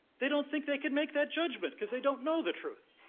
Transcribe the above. they don't think they could make that judgment because they don't know the truth.